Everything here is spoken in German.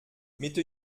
mitte